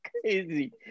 crazy